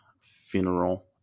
funeral